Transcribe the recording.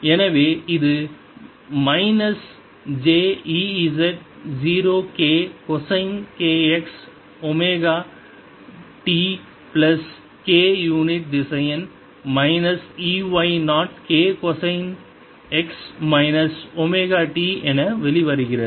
எனவே இது minus j Ez 0 k cosine kx omega t plus k unit திசையன் minus E y 0 k cosine x minus omega t என வெளிவருகிறது